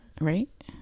right